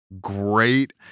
great